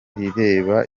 rireba